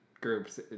groups